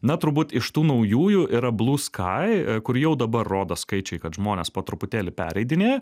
na turbūt iš tų naujųjų yra blue sky kur jau dabar rodo skaičiai kad žmonės po truputėlį pereidinėja